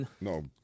No